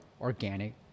organic